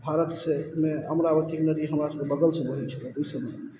भारतसे मे अमरावती नदी हमरा सबके बगलसँ बहय छलय ओइ समयमे